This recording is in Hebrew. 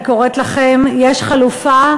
אני קוראת לכם: יש חלופה,